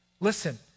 Listen